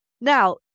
Now